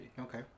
Okay